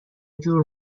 جور